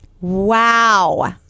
Wow